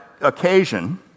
occasion—